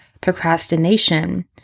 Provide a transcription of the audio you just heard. procrastination